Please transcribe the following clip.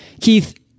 Keith